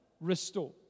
restore